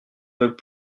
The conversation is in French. veulent